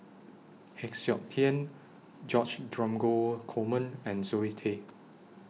Heng Siok Tian George Dromgold Coleman and Zoe Tay